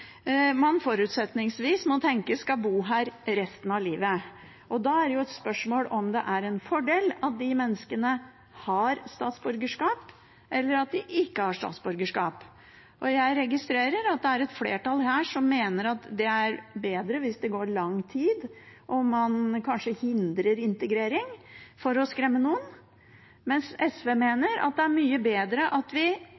man forutsetningsvis må tenke skal bo her resten av livet, og da er det et spørsmål om det er en fordel at de menneskene har statsborgerskap, eller at de ikke har statsborgerskap. Jeg registrerer at et flertall her mener det er bedre hvis det går lang tid, og man kanskje hindrer integrering, for å skremme noen, mens SV